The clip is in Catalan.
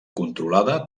controlada